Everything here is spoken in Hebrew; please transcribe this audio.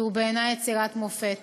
שהוא בעיני יצירת מופת.